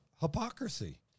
hypocrisy